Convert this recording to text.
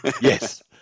Yes